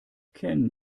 ken